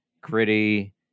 gritty